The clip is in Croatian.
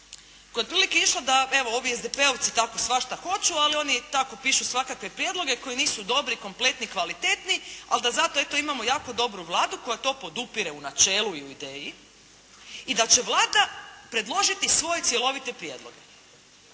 koji je otprilike išao da, evo ovi SDP-evci tako svašta hoću, ali oni tako pišu svakakve prijedloge koji nisu dobri, kompletni, kvalitetni, ali da zato eto imamo jako dobru Vladu koja to podupire u načelu i u ideji i da će Vlada predložiti svoje cjelovite prijedloge.